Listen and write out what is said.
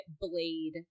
Blade